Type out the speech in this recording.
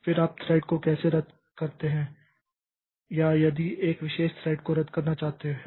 फिर आप थ्रेड को कैसे रद्द करते हैं या यदि आप एक विशेष थ्रेड को रद्द करना चाहते हैं